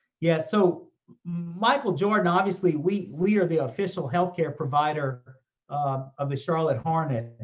yeah, so michael jordan, obviously, we we are the official healthcare provider of the charlotte hornets.